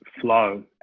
flow